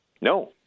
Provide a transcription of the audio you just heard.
No